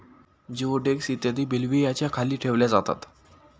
जिओडेक्स इत्यादी बेल्व्हियाच्या खाली ठेवल्या जातात